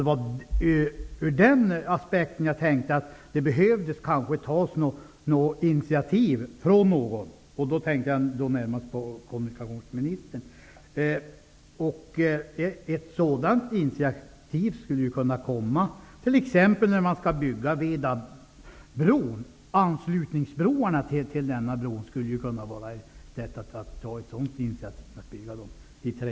Det var ur den aspekten jag tänkte att någon kanske behöver ta ett initiativ. Jag tänkte då närmast på kommunikationsministern. Ett sådant initiativ skulle kunna komma t.ex. när man skall bygga Vedabron. Anslutningsbroarna till denna bro skulle kunna byggas i trä.